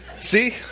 See